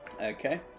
Okay